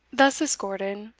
thus escorted,